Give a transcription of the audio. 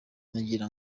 nagira